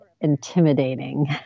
intimidating